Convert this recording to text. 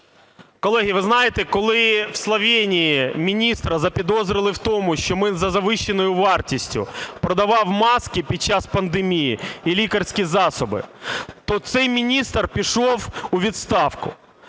Колеги, ви знаєте, коли в Словенії міністра запідозрили в тому, що він за завищеною вартістю продавав маски під час пандемії і лікарські засоби, то цей міністр пішов у відставку.